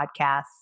podcasts